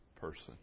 person